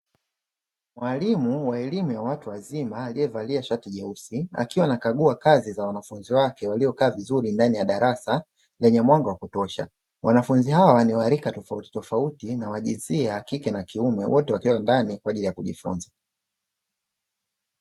Mwalimu wa elimu ya watu wazima aliyevalia shati jeusi, akiwa anakagua kazi za wanafunzi wake waliokaa vizuri ndani ya darasa lenye mwanga wa kutosha. Wanafunzi hawa ni wa rika tofautitofauti na wa jinsia ya kike na ya kiume, wote wakiwa ndani kwa ajili ya kujifunza.